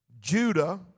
Judah